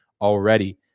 already